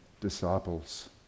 disciples